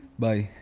bye!